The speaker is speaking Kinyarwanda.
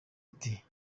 ati